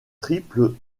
triple